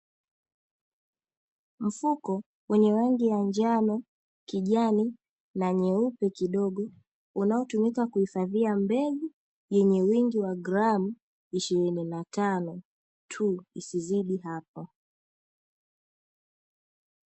Mfuko wenye rangi ya: njano, kijani na nyeupe kidogo unaotumika kuhifadhia mbegu yenye wingi wa gramu ishirini na tano tu isizidi hapo.